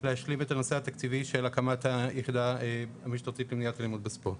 להשלים את הנושא התקציבי של הקמת היחידה המשטרתית למניעת אלימות בספורט.